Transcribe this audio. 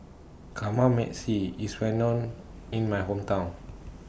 Kamameshi IS Well known in My Hometown